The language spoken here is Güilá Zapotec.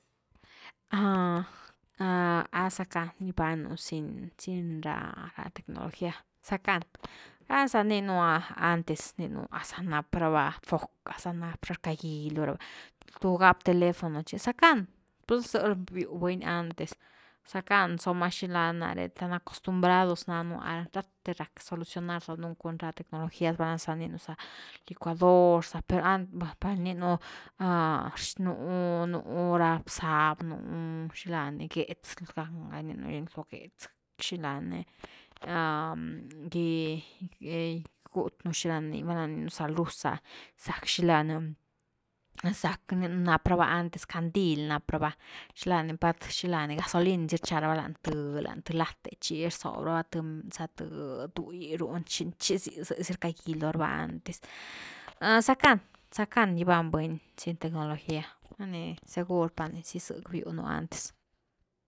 ¿a sackan gibañ nú sin-sin ra tecnología? Sackan valna sa rninu ah, antes rninu, a za nap ra’va foc a za nap ra’va ni rckagi loo rava, tu gap teléfono chi, zackan pues zë biu buny antes, zackan somen xila ni, nare tan acostumbrados nanu nare rathe rack solucionar cun ra tecnologías, valna za gininu za licuador za, per aba, par gininu nú ra bzaby nú xilani gétz, ganga ni gindo ni lo gétz, xilani, gút un xi rani val na rninu za luz ah, zack xila ni, zack ni na prava antes candil nap’rava xila’ni pat xila’ni, gasolin zy rcha rava lañ th lañ th lat’e chi rzob ra’va th, za th du’i runi chi ze, zëzy rcagi loor va antes, zackan, zackan gibany buny sin tecnología, vaini segur pani chi zëck biu nú antes.